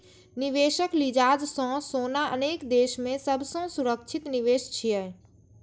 निवेशक लिजाज सं सोना अनेक देश मे सबसं सुरक्षित निवेश छियै